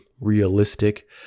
realistic